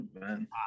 man